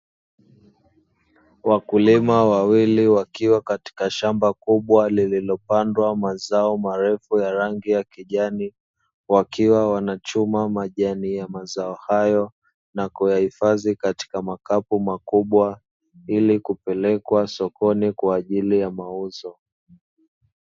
Wakulima wawili wakiwa katika shamba kubwa lililopandwa mazao marefu ya rangi ya kijani wakiwa wanachuma majani ya mazao hayo na kuyahifadhi katika makapu makubwa ili kupelekwa sokoni kwa ajili ya mauzo.